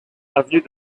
avenue